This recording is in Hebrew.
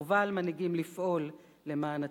זה מעורר